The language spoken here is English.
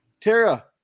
tara